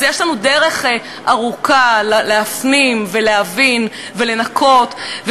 אז יש לנו דרך ארוכה להפנים ולהבין ולנקות,